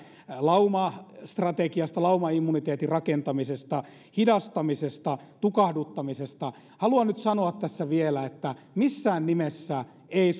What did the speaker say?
laumastrategiasta laumaimmuniteetin rakentamisesta hidastamisesta vai tukahduttamisesta haluan nyt sanoa tässä vielä että missään nimessä ei